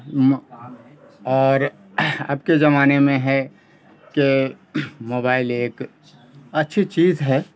اور اب کے زمانے میں ہے کہ موبائل ایک اچھی چیز ہے